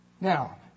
Now